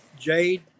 Jade